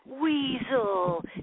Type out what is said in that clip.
weasel